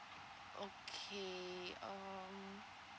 okay um